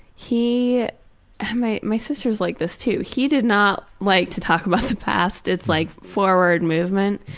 he ah my my sister is like this too. he did not like to talk about the past, it's like forward movement.